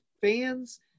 fans